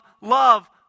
love